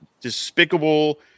despicable